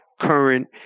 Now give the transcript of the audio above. current